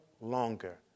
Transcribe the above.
longer